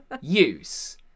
use